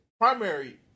primary